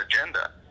agenda